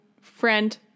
friend